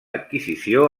adquisició